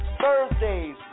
Thursdays